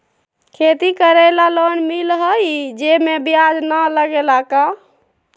खेती करे ला लोन मिलहई जे में ब्याज न लगेला का?